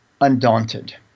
undaunted